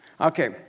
Okay